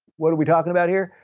what are we talking about here?